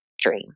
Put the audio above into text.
dream